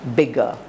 bigger